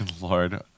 Lord